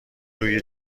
روی